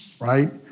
right